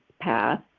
path